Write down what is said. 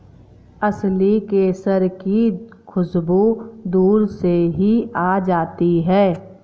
असली केसर की खुशबू दूर से ही आ जाती है